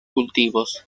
cultivos